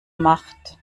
macht